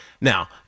Now